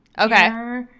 okay